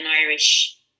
Irish